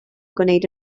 gwneud